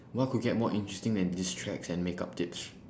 what could get more interesting than diss tracks and makeup tips